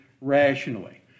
rationally